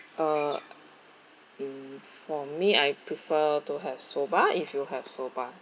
uh mm for me I prefer to have soba if you have soba